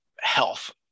health